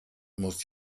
muss